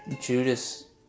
Judas